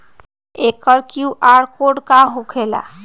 एकर QR code का होकेला?